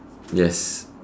yes